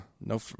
no